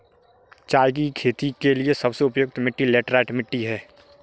चाय की खेती के लिए सबसे उपयुक्त मिट्टी लैटराइट मिट्टी है